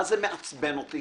מה זה מעצבן אותי